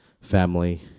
family